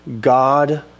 God